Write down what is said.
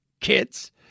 kids